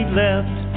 left